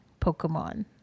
Pokemon